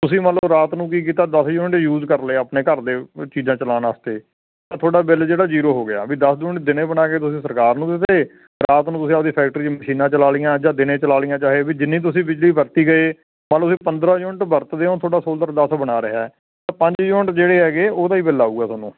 ਤੁਸੀਂ ਮੰਨ ਲਓ ਰਾਤ ਨੂੰ ਕੀ ਕੀਤਾ ਦਸ ਯੂਨਿਟ ਯੂਜ਼ ਕਰ ਲਏ ਆਪਣੇ ਘਰ ਦੇ ਕੁਝ ਚੀਜ਼ਾਂ ਚਲਾਉਣ ਵਾਸਤੇ ਤਾਂ ਤੁਹਾਡਾ ਬਿੱਲ ਜਿਹੜਾ ਜੀਰੋ ਹੋ ਗਿਆ ਵੀ ਜਿਹੜਾ ਦਸ ਯੂਨਿਟ ਦਿਨੇ ਬਣਾ ਕੇ ਤੁਸੀਂ ਸਰਕਾਰ ਨੂੰ ਦਿੱਤੇ ਰਾਤ ਨੂੰ ਤੁਸੀਂ ਆਪਣੀ ਫੈਕਟਰੀ ਦੀ ਮਸ਼ੀਨਾਂ ਚਲਾ ਲਈਆਂ ਜਾਂ ਦਿਨੇ ਚਲਾ ਲਈਆਂ ਚਾਹੇ ਵੀ ਜਿੰਨੀ ਤੁਸੀਂ ਬਿਜਲੀ ਵਰਤੀ ਗਏ ਮੰਨ ਲਓ ਤੁਸੀਂ ਪੰਦਰਾਂ ਯੂਨਿਟ ਵਰਤਦੇ ਹੋ ਤੁਹਾਡਾ ਸੋਲਰ ਦਸ ਬਣਾ ਰਿਹਾ ਹੈ ਤਾਂ ਪੰਜ ਯੂਨਿਟ ਜਿਹੜੇ ਹੈਗੇ ਉਹਦਾ ਹੀ ਬਿੱਲ ਆਵੇਗਾ ਤੁਹਾਨੂੰ